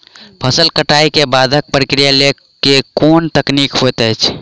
फसल कटाई केँ बादक प्रक्रिया लेल केँ कुन तकनीकी होइत अछि?